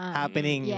happening